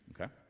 okay